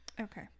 okay